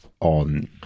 on